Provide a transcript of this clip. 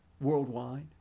worldwide